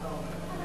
מה אתה אומר.